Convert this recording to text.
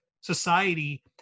Society